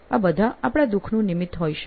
આ બધા આપણા દુખના નિમિત્ત હોય શકે